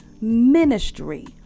ministry